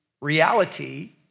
reality